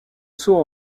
saut